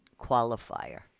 qualifier